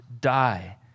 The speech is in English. die